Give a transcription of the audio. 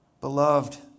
Beloved